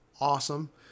Awesome